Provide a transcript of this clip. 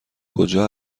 کجا